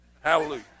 Hallelujah